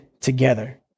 together